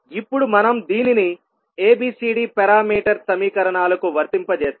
ఇప్పుడు మనం దీనిని ABCD పారామీటర్ సమీకరణాలకు వర్తింపజేస్తాము